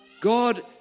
God